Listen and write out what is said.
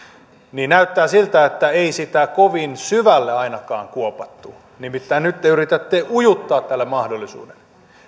näyttää siltä että ei sitä ainakaan kovin syvälle kuopattu nimittäin nyt te yritätte ujuttaa tälle mahdollisuuden